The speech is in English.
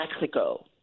Mexico